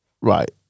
Right